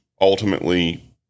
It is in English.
Ultimately